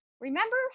remember